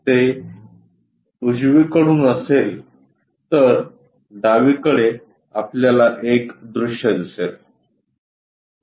जर ते उजवीकडून असेल तर डावीकडे आपल्याला एक दृश्य दिसेल